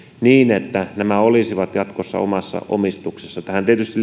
niin että nämä olisivat jatkossa omassa omistuksessa tähän tietysti